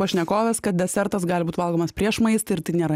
pašnekovės kad desertas gali būt valgomas prieš maistą ir tai nėra